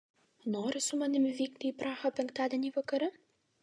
nori su manimi vykti į prahą penktadienį vakare